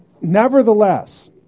nevertheless